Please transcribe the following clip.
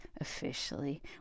officially